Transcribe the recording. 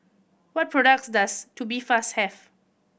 what products does Tubifast have